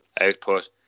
output